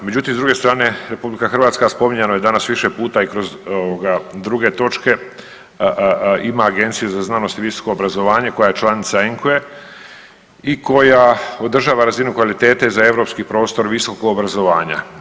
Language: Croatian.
Međutim, s druge strane RH, spominjano je danas više puta i kroz ovoga druge točke, ima Agenciju za znanost i visoko obrazovanje koja je članica ENKVA-e i koja održava razinu kvalitete za europski prostor visokog obrazovanja.